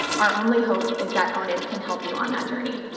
our only hope is that own it can help you on that journey.